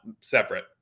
separate